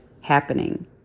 happening